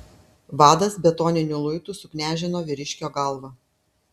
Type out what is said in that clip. vadas betoniniu luitu suknežino vyriškio galvą